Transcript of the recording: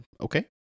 okay